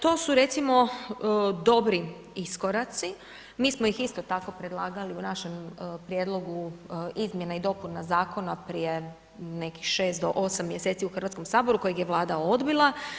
To su recimo dobri iskoraci, mi smo ih isto tako predlagali u našem prijedlogu izmjena i dopuna zakona prije nekih 6 do 8 mjeseci u HS kojeg je Vlada odbila.